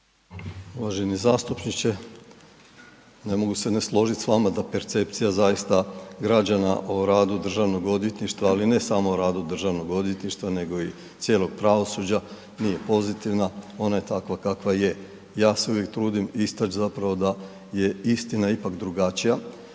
Uvaženi zastupniče, ne mogu se ne složiti s vama da percepcija zaista građana o radu Državnog odvjetništva, ali ne samo o radu Državnog odvjetništva nego i cijelog pravosuđa nije pozitivna, ona je takva kakva je. Ja se uvijek trudim istaći zapravo da je istina ipak drugačija,